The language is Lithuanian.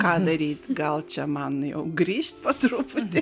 ką daryt gal čia man jau grįžt po truputį